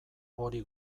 hori